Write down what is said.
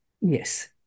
yes